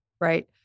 right